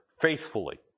faithfully